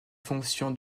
fonctions